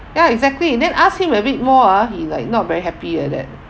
ya exactly and then ask him a bit more ah he like not very happy like that